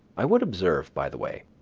i would observe, by the way,